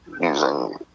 using